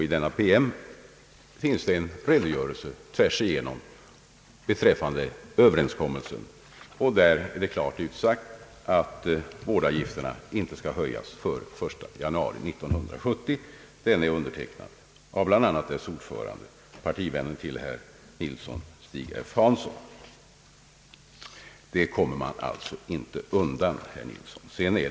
I denna PM finns en redogörelse för överenskommelsen, och det är klart utsagt att vårdavgifterna skall höjas först den 1 januari 1970. Promemorian är undertecknad av bland andra Landstingsförbundets ordförande Stig F: Hansson, partivän till herr Nilsson.